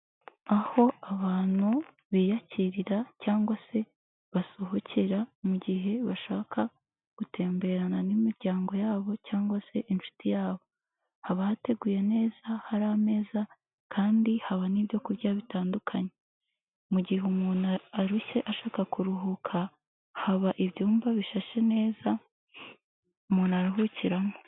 Aho abantu biyakirira cyangwa se basohokera mu gihe bashaka gutemberana n'imiryango yabo cyangwa se inshuti yabo. Haba hateguye neza hari ameza kandi haba n'ibyo kurya bitandukanye. Mu gihe umuntu arushye ashaka kuruhuka, haba ibyumba bishashe neza umuntu aruhukiramo.